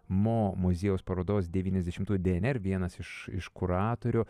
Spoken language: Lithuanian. mo muziejaus parodosdevyniasdešimtųjų dnr vienas iš iš kuratorių